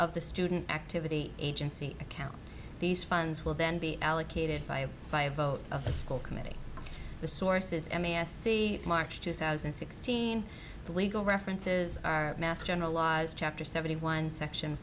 of the student activity agency account these funds will then be allocated by by a vote of the school committee the source's m e s c march two thousand and sixteen the legal references are mass general laws chapter seventy one section